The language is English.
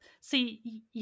see